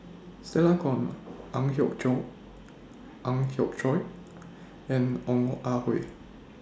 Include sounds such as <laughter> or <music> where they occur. Stella Kon Ang Hiong <unintelligible> Ang Hiong Chiok and Ong Ah Hoi